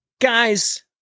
guys